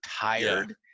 tired